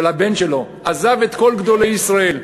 של הבן שלו, עזב את כל גדולי ישראל,